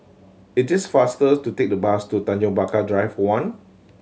it is faster to take the bus to Tanjong Pagar Drive One